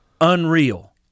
Unreal